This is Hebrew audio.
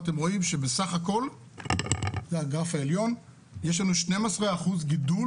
אתם רואים שבסך הכול יש לנו 12% גידול